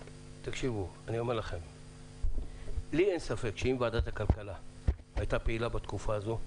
לי אין ספק שאם ועדת הכלכלה הייתה פעילה בתקופה הזו,